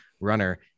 runner